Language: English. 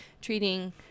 treating